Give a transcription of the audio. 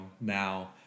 now